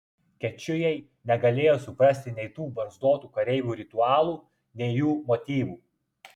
kečujai negalėjo suprasti nei tų barzdotų kareivių ritualų nei jų motyvų